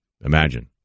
Imagine